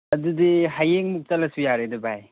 ꯑꯗꯨꯗꯤ ꯍꯌꯦꯡ ꯆꯠꯂꯁꯨ ꯌꯥꯔꯦꯗ ꯚꯥꯏ